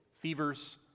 Fevers